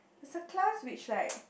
there's a class which like